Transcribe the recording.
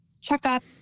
checkup